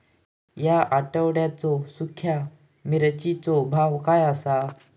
या आठवड्याचो सुख्या मिर्चीचो भाव काय आसा?